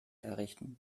errichten